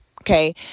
Okay